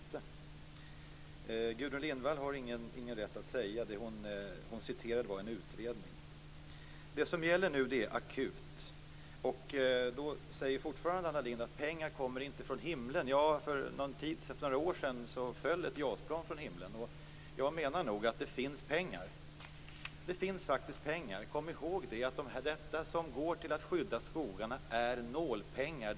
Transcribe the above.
Beträffande det som Gudrun Lindvall inte skulle ha någon rätt att säga vill jag peka på att hon citerade en utredning. Det som det nu gäller är akut. Anna Lindh säger fortfarande att pengar inte kommer från himlen. För några år sedan föll ett JAS-plan från himlen, och jag menar nog att det faktiskt finns pengar. Kom ihåg att det som går till att skydda skogarna är nålpengar.